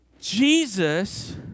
Jesus